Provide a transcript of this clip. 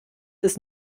ist